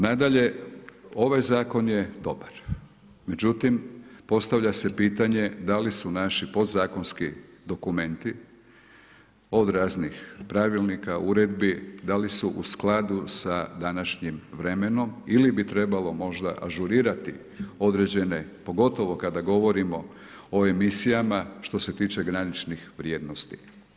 Nadalje, ovaj zakon je dobar, međutim postavlja se pitanje da li su naši podzakonski dokumenti od raznih pravilnika, uredbi, da li su u skladu sa današnjim vremenom ili bi trebao možda ažurirati određene pogotovo kad govorimo o emisijama što se tiče graničnih vrijednosti.